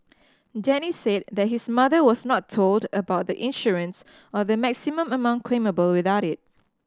Denny said that his mother was not told about the insurance or the maximum amount claimable without it